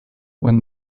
when